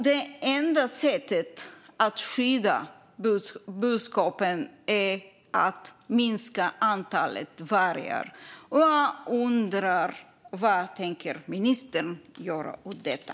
Det enda sättet att skydda boskapen är att minska antalet vargar. Vad tänker ministern göra åt detta?